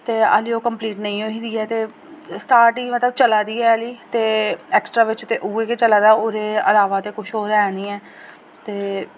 ते हाली ओह् कम्पलीट नेईं होई दी ऐ ते स्टार्टिंग मतलब चला दी ऐ हाली ते एक्स्ट्रा बिच ते उ'ऐ चला दा ओह्दे अलावा ते कुछ होर ऐ निं ऐ